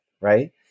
Right